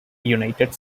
united